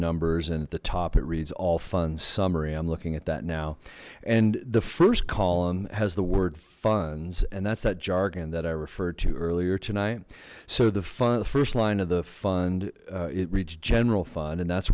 numbers and at the top it reads all funds summary i'm looking at that now and the first column has the word funds and that's that jargon that i referred to earlier tonight so the first line of the fund it reads general fund and that's